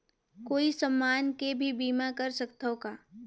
कोई समान के भी बीमा कर सकथव का?